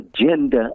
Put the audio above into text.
agenda